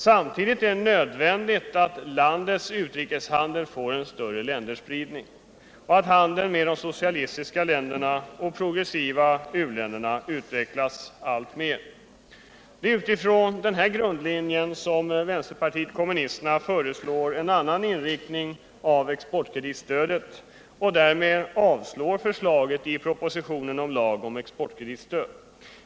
Samtidigt är det nödvändigt att landets utrikeshandel får en större länderspridning och att handeln med socialistiska länder och progressiva u länder utvecklas alltmer. Det är på de här grunderna vänsterpartiet kommunisterna föreslår en annan inriktning av exportkreditstödet och därmed avstyrker förslaget i propositionen om lag om exportkreditstöd.